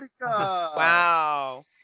wow